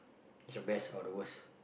is your best or your worst